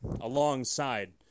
alongside